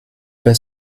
pas